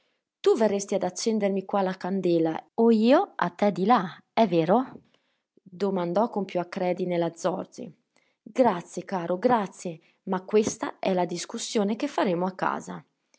tu verresti ad accendermi qua la candela o io a te di là è vero domandò con più acredine la zorzi grazie caro grazie ma questa è la discussione che faremo a casa